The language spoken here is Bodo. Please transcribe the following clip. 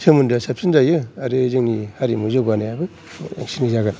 सोमोन्दोआ साबसिन जायो आरो जोंनि हारिमु जौगानायाबो बिखिनि जागोन